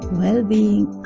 well-being